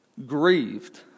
Grieved